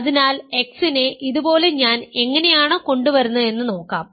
അതിനാൽ x നെ ഇതുപോലെ ഞാൻ എങ്ങനെയാണ് കൊണ്ടുവരുന്നതെന്ന് നോക്കാം